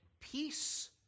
peace